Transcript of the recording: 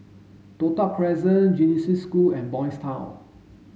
Toh Tuck Crescent Genesis School and Boys' Town